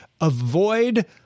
Avoid